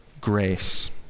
grace